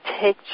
take